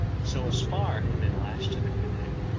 so a spar had been lashed to the canoe,